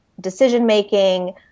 decision-making